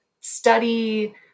study